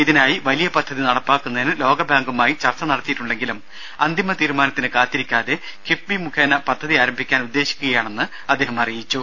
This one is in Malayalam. ഇതിനായി വലിയ പദ്ധതി നടപ്പാക്കുന്നതിന് ലോകബാങ്കുമായി നടത്തിയിട്ടുണ്ടെങ്കിലും അന്തിമ ചർച്ച തീരുമാനത്തിന് കാത്തിരിക്കാതെ കിഫ്ബി മുഖേന പദ്ധതി ആരംഭിക്കാൻ ഉദ്ദേശിക്കുകയാണെന്ന് അദ്ദേഹം അറിയിച്ചു